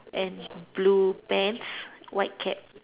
and blue pants white cap